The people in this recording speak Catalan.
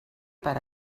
per